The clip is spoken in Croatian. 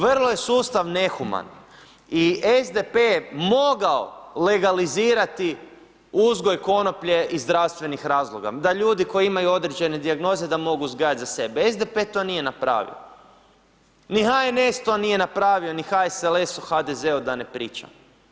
Vrlo je sustav nehuman i SDP je mogao legalizirati uzgoj konoplje iz zdravstvenih razloga, da ljudi koji imaju određene dijagnoze da mogu uzgajati za sebe, SDP to nije napravio, ni HNS to nije napravio, ni HSLS o HDZ-u da ne pričam.